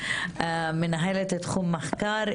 מנהלת תחום מחקר,